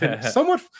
somewhat